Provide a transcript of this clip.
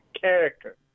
character